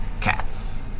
cats